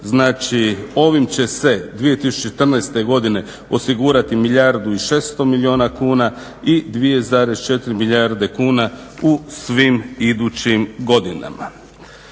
ovim će se 2014. godine osigurati milijardu i 600 milijuna kuna i 2,4 milijarde kuna u svim idućim godinama.